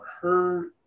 hurt